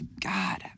God